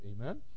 Amen